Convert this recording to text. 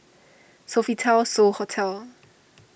Sofitel So Hotel